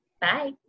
Bye